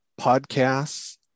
podcasts